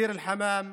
ביר אל-חמאם,